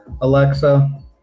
Alexa